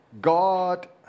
God